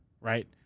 right